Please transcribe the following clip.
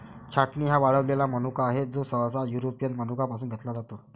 छाटणी हा वाळलेला मनुका आहे, जो सहसा युरोपियन मनुका पासून घेतला जातो